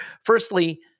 Firstly